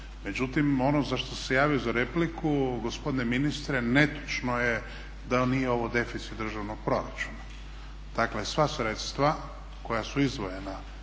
Međutim, ono za što sam se javio za repliku, gospodine ministre, netočno je da nije ovo deficit državnog proračuna. Dakle sva sredstva koja su izdvojena